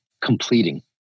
completing